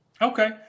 Okay